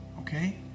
okay